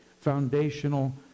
foundational